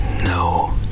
no